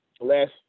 Last